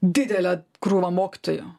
didelė krūvą mokytojų